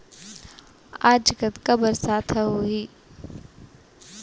आज कतका बरसात ह होही?